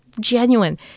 genuine